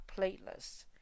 playlist